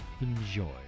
Enjoy